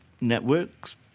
networks